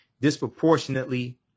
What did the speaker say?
disproportionately